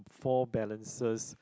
four balances